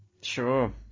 Sure